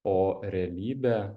o realybė